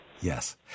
Yes